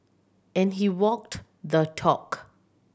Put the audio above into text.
and he walked the talk